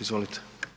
Izvolite.